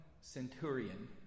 centurion